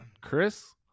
Chris